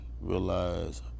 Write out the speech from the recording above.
realize